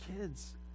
kids